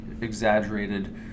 exaggerated